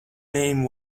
name